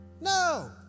no